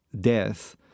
death